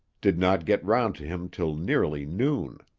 did not get round to him till nearly noon.